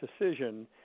decision